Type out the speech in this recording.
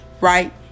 right